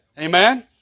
Amen